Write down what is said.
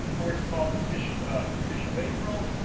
or it's called the fish fish of april,